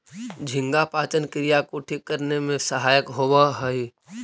झींगा पाचन क्रिया को ठीक करने में सहायक होवअ हई